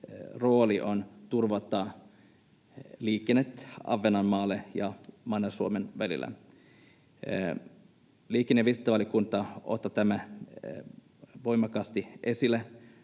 rooli on turvata liikennettä Ahvenanmaan ja Manner-Suomen välillä. Liikenne- ja viestintävaliokunta ottaa tämän voimakkaasti esille